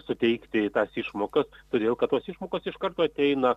suteikti tas išmokas todėl kad tos išmokos iš karto ateina